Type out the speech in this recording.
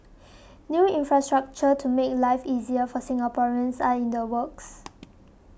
new infrastructure to make life easier for Singaporeans are in the works